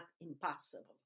impossible